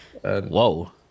Whoa